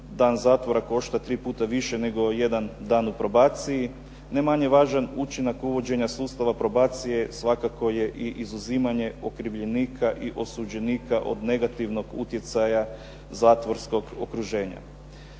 dan zatvora košta 3 puta više nego jedan dan u probaciji. Ne manje važan učinak uvođenja sustava probacije svakako je i izuzimanje okrivljenika i osuđenika od negativnog utjecaja zatvorskog okruženja.